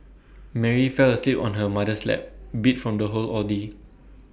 Mary fell asleep on her mother's lap beat from the whole ordeal